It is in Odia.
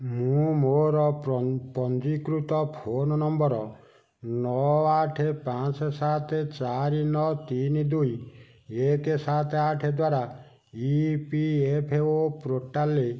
ମୁଁ ମୋର ପଞ୍ଜୀକୃତ ଫୋନ୍ ନମ୍ବର ନଅ ଆଠ ପାଞ୍ଚ ସାତ ଚାରି ନଅ ତିନି ଦୁଇ ଏକ ସାତ ଆଠ ଦ୍ୱାରା ଇ ପି ଏଫ୍ ଓ ପୋର୍ଟାଲ୍ରେ